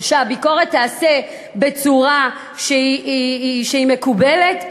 שהביקורת תיעשה בצורה מקובלת,